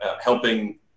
helping